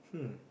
hmm